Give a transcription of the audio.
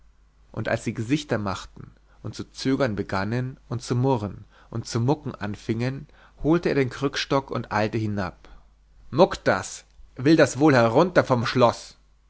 und als sie gesichter machten und zu zögern begannen und zu murren und zu mucken anfingen holte er den krückstock und eilte hinab muckt das will das wohl herunter vom schloß